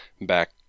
back